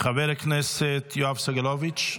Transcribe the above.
חבר הכנסת יואב סגלוביץ',